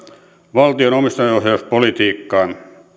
valtion omistajaohjauspolitiikkaan